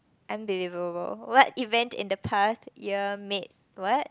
unbelievable what event in the past year made what